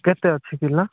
କେତେ ଅଛି କିଲୋ